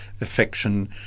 affection